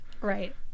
Right